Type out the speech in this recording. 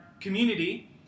community